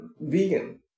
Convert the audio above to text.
vegan